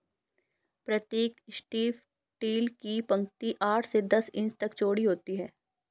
प्रतीक strip till की पंक्ति आठ से दस इंच तक चौड़ी होती है